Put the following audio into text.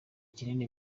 kinini